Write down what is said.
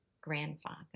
grandfather